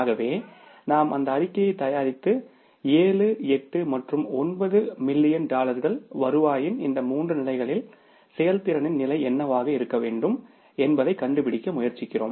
ஆகவே நாம் அந்த அறிக்கையைத் தயாரித்து ஏழு எட்டு மற்றும் ஒன்பது மில்லியன் டாலர்கள் வருவாயின் இந்த மூன்று நிலைகளில் செயல்திறனின் நிலை என்னவாக இருக்க வேண்டும் என்பதைக் கண்டுபிடிக்க முயற்சிக்கிறோம்